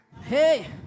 Hey